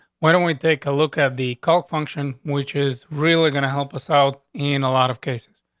why don't we take a look at the call function which is really gonna help us out in a lot of cases?